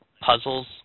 puzzles